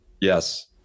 Yes